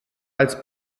als